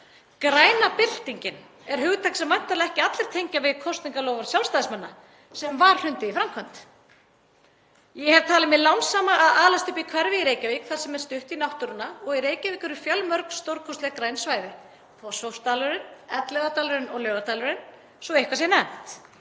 Græna byltingin er hugtak sem væntanlega ekki allir tengja við kosningaloforð Sjálfstæðismanna sem hrundið var í framkvæmd. Ég hef talið mig lánsama að alast upp í hverfi í Reykjavík þar sem er stutt í náttúruna og í Reykjavík eru fjölmörg stórkostleg græn svæði: Fossvogsdalurinn, Elliðaárdalurinn og Laugardalurinn, svo eitthvað sé nefnt.